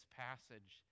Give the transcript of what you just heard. passage